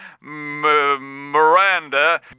Miranda